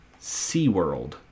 SeaWorld